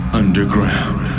underground